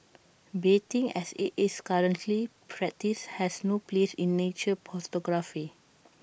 baiting as IT is currently practised has no place in nature photography